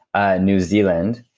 ah new zealand,